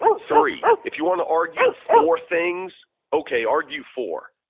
three, if you want to argue four things, okay, argue four.